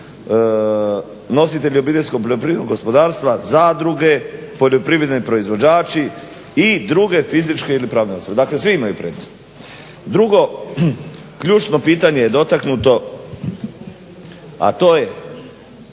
imaju nositelji OPG-a, zadruge, poljoprivredni proizvođači i druge fizičke ili pravne osobe, dakle svi imaju prednosti. Drugo, ključno pitanje je dotaknuto, a to je